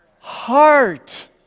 heart